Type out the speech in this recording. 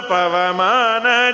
Pavamana